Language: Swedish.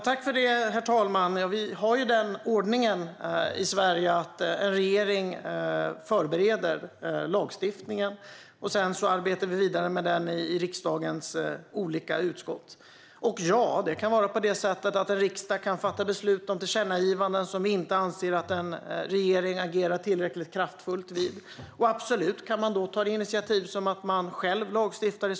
Herr talman! Vi har den ordningen i Sverige att en regering förbereder lagstiftningen. Sedan arbetar riksdagen vidare med den föreslagna lagstiftningen i de olika utskotten. Ja, det kan vara så att en riksdag kan fatta beslut om tillkännagivanden om den anser att en regering inte agerar tillräckligt kraftfullt. Riksdagen kan absolut ta initiativ till lagstiftning.